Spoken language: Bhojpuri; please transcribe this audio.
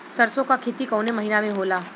सरसों का खेती कवने महीना में होला?